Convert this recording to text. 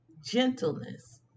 gentleness